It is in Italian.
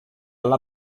alla